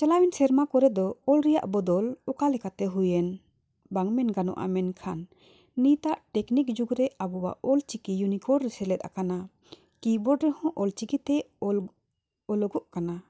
ᱪᱟᱞᱟᱣᱮᱱ ᱥᱮᱨᱢᱟ ᱠᱚᱨᱮ ᱫᱚ ᱚᱞ ᱨᱮᱭᱟᱜ ᱵᱚᱫᱚᱞ ᱚᱠᱟ ᱞᱮᱠᱟᱛᱮ ᱦᱩᱭᱮᱱ ᱵᱟᱝ ᱢᱮᱱ ᱜᱟᱱᱚᱜᱼᱟ ᱢᱮᱱᱠᱷᱟᱱ ᱱᱤᱛᱟᱜ ᱴᱮᱠᱱᱤᱠ ᱡᱩᱜᱽ ᱨᱮ ᱟᱵᱚᱣᱟᱜ ᱚᱞᱪᱤᱠᱤ ᱤᱭᱩᱱᱤᱠᱳᱰ ᱨᱮ ᱥᱮᱞᱮᱫ ᱟᱠᱟᱱᱟ ᱠᱤᱵᱳᱨᱰ ᱨᱮᱦᱚᱸ ᱚᱞᱪᱤᱠᱤᱛᱮ ᱚᱞ ᱚᱞᱚᱜ ᱠᱟᱱᱟ